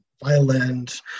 Violence